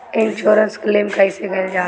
Insurance claim कइसे कइल जा ले?